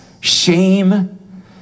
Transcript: shame